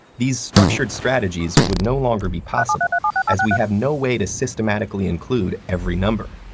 these structured strategies would no longer be possible as we have no way to systematically include every number.